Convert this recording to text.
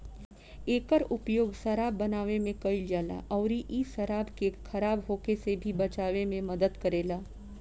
एकर उपयोग शराब बनावे में कईल जाला अउरी इ शराब के खराब होखे से भी बचावे में मदद करेला